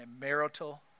marital